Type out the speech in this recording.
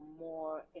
more